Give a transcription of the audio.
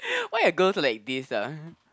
why are girls like this ah